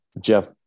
Jeff